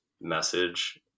message